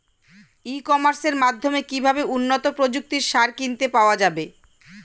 ই কমার্সের মাধ্যমে কিভাবে উন্নত প্রযুক্তির সার কিনতে পাওয়া যাবে?